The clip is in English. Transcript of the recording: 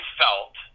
felt